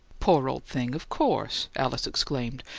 poor old thing! of course! alice exclaimed,